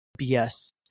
BS